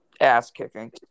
ass-kicking